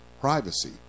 privacy